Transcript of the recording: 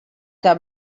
que